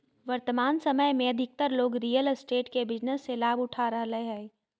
वर्तमान समय में अधिकतर लोग रियल एस्टेट के बिजनेस से लाभ उठा रहलय हइ